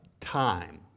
time